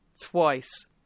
Twice